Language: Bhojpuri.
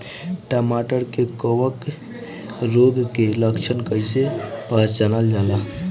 टमाटर मे कवक रोग के लक्षण कइसे पहचानल जाला?